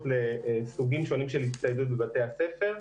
לסוגים שונים של הצטיידות בבתי הספר.